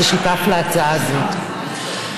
שהוא שותף להצעה הזאת,